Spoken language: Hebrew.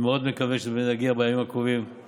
אני מאוד מקווה שזה יגיע בימים הקרובים